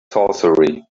sorcery